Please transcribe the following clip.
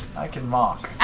i can mock.